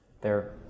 they're-